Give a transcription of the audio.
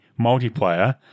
multiplayer